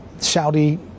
Saudi